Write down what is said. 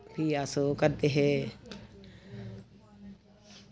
फ्ही अस ओह् करदे हे